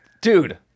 Dude